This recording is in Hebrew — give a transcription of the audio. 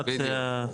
בסיטואציה לא טובה.